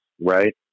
right